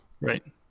right